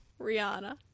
Rihanna